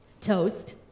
Toast